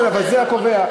אבל זה הקובע.